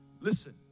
listen